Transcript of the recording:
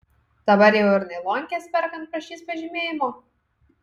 dabar jau ir nailonkes perkant prašys pažymėjimo